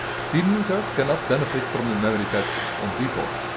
steam users cannot benefit from the memory patch on default.